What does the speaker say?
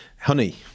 honey